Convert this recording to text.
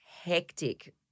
hectic